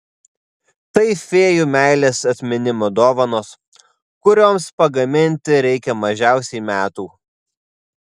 tai fėjų meilės atminimo dovanos kurioms pagaminti reikia mažiausiai metų